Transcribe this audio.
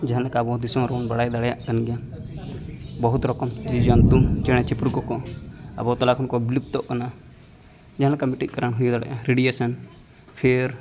ᱡᱟᱦᱟᱸᱞᱮᱠᱟ ᱟᱵᱚ ᱫᱚᱥᱤᱢ ᱨᱮᱵᱚᱱ ᱵᱟᱲᱟᱭ ᱫᱟᱲᱮᱭᱟᱜ ᱠᱟᱱ ᱜᱮᱭᱟ ᱵᱚᱦᱩᱛ ᱨᱚᱠᱚᱢ ᱡᱤᱣᱤᱼᱡᱚᱱᱛᱩ ᱪᱮᱬᱮ ᱪᱤᱯᱨᱩᱫ ᱠᱚᱠᱚ ᱟᱵᱚ ᱛᱟᱞᱟ ᱠᱷᱚᱱᱠᱚ ᱵᱤᱞᱩᱯᱛᱚᱜ ᱠᱟᱱᱟ ᱡᱟᱦᱟᱸᱞᱮᱠᱟ ᱢᱤᱫᱴᱮᱱ ᱠᱟᱨᱚᱱ ᱦᱩᱭ ᱫᱟᱲᱮᱭᱟᱜᱼᱟ ᱨᱮᱰᱤᱭᱮᱥᱚᱱ ᱯᱷᱤᱨ